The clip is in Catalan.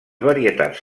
varietats